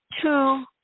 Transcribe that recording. two